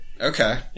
Okay